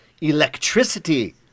electricity